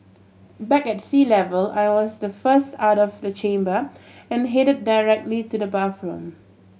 back at sea level I was the first out of the chamber and headed directly to the bathroom